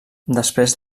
després